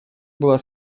было